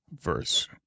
verse